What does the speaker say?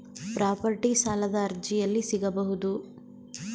Property ಸಾಲದ ಅರ್ಜಿ ಎಲ್ಲಿ ಸಿಗಬಹುದು?